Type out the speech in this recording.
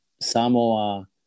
Samoa